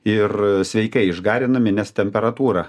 ir sveikai išgarinami nes temperatūra